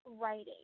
writing